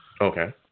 Okay